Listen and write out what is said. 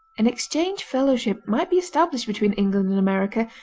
an exchange fellowship might be established between england and america,